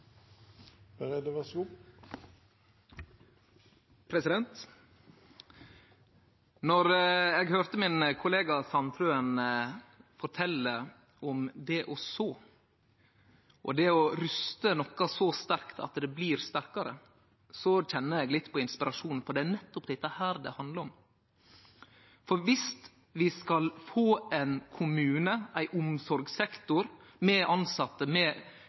eg høyrde min kollega Sandtrøen fortelje om det å så, og om det å ruste noko så sterkt at det blir sterkare, kjende eg litt på inspirasjon, for det er nettopp dette det handlar om. Viss vi skal få ein kommune – ein omsorgssektor med tilsette, ein oppvekstsektor med